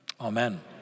Amen